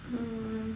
um